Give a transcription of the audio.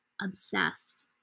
obsessed